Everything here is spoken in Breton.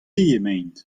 emaint